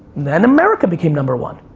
then america became number one.